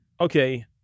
Okay